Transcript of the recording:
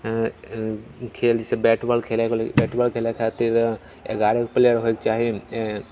खेल जैसे bat ball खेलै बैट बॉल खेलै खातिर एगारह गो प्लेयर होइके चाही